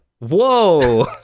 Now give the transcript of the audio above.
Whoa